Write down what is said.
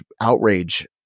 outrage